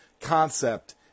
concept